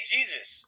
Jesus